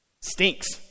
Stinks